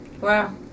Wow